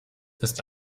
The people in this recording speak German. ist